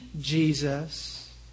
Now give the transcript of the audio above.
Jesus